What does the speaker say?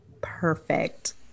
Perfect